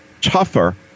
tougher